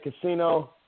Casino